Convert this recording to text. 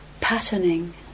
patterning